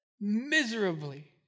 miserably